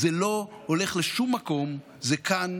זה לא הולך לשום מקום, זה כאן